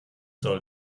soll